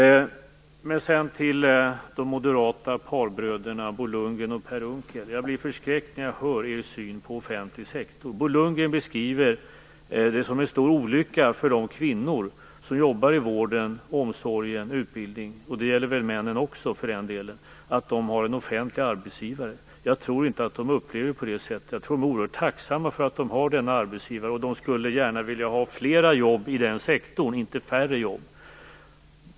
Så vänder jag mig till de moderata parhästarna Bo Lundgren och Per Unckel. Jag blir förskräckt när jag hör er syn på offentlig sektor. Bo Lundgren beskriver det som en stor olycka för de kvinnor som jobbar inom vården, omsorgen och utbildningen - det gäller väl männen också, för den delen - att de har en offentlig arbetsgivare. Jag tror inte att de upplever det på det sättet. Jag tror att de är oerhört tacksamma för att de har denna arbetsgivare och att de gärna skulle vilja ha fler jobb inom denna sektor, inte färre jobb.